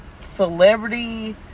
celebrity